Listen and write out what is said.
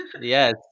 Yes